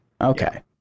okay